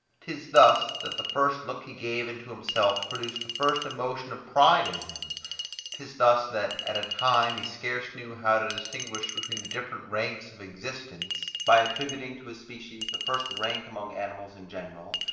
tis thus, that the first look he gave into himself produced the first emotion of pride in him tis thus that, at a time he scarce knew how to distinguish between the different ranks of existence, by attributing to his species the first rank among animals in general,